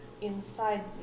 inside